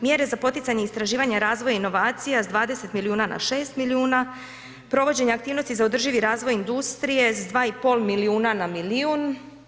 Mjere za poticanje istraživanja i razvoja inovacija s 20 milijuna na 6 milijuna, provođenje aktivnosti za održivi razvoj industrije s 2,5 milijuna na milijun.